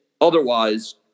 otherwise